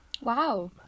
Wow